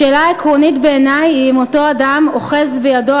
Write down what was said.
השאלה העקרונית בעיני היא אם אותו אדם אוחז בידו